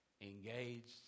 engaged